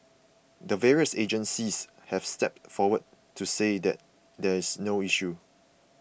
the various agencies have stepped forward to say that there's no issue